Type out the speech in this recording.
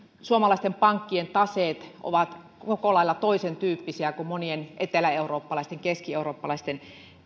suomalaisten pankkien taseet ovat koko lailla toisentyyppisiä kuin monien eteläeurooppalaisten ja keskieurooppalaisten